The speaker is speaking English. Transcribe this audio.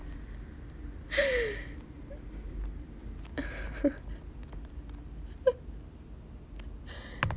food